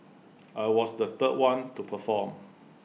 I was the third one to perform